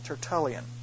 Tertullian